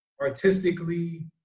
artistically